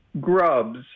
grubs